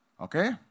Okay